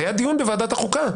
היה דיון בוועדת החוקה.